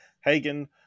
Hagen